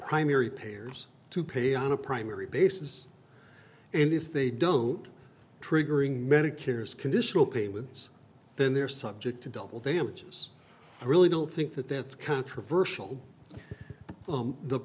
primary payers to pay on a primary basis and if they don't triggering medicare's conditional payments then they're subject to double they images i really don't think that that's controversial